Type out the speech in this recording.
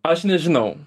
aš nežinau